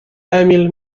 emil